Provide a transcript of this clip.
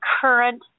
current